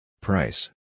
Price